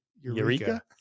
Eureka